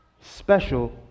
special